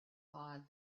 odd